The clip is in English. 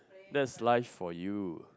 that's life for you